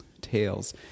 tales